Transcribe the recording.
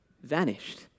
vanished